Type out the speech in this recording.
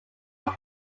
may